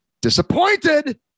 Disappointed